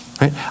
right